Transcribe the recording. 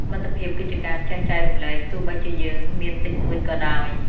មិត្តភាពគឺជាការចេះចែករំលែកទោះបីជាយើងមានតិចតួចក៏ដោយ។